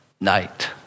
night